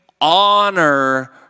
honor